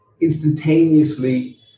instantaneously